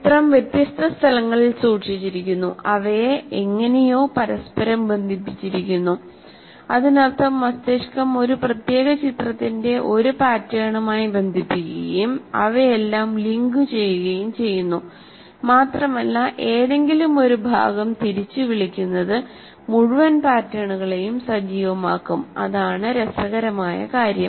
ചിത്രം വ്യത്യസ്ത സ്ഥലങ്ങളിൽ സൂക്ഷിച്ചിരിക്കുന്നു അവയെ എങ്ങിനെയോ പരസ്പരം ബന്ധിപ്പിച്ചിരിക്കുന്നു അതിനർത്ഥം മസ്തിഷ്കം ഒരു പ്രത്യേക ചിത്രത്തിന്റെ ഒരു പാറ്റേണുമായി ബന്ധിപ്പിക്കുകയും അവയെല്ലാം ലിങ്കുചെയ്യുകയും ചെയ്യുന്നു മാത്രമല്ല ഏതെങ്കിലും ഒരു ഭാഗം തിരിച്ചുവിളിക്കുന്നത് മുഴുവൻ പാറ്റേണുകളെയും സജീവമാക്കും അതാണ് രസകരമായ കാര്യം